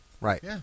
Right